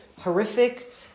horrific